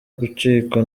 gucikwa